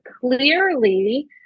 clearly